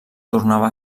tornava